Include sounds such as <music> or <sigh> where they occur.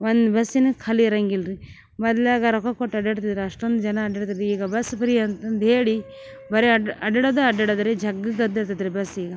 ಒಂದು ಬಸ್ಸಿನು ಖಾಲಿ ಇರಂಗ ಇಲ್ರಿ ಮೊದ್ಲಾಗ ರೊಕ್ಕ ಕೊಟ್ಟು ಅಡ್ಡಾತಿದ್ರ ಅಷ್ಟೊಂದು ಜನ ಅಡ್ಡಾತಿದ್ರ ಈಗ ಬಸ್ ಫ್ರೀ ಅಂತಂದು ಹೇಳಿ ಬರೇ ಅಡ್ ಅಡ್ಡಾಡದೇ ಅಡ್ಡಾಡೊದ್ರಿ <unintelligible> ಬಸ್ ಈಗ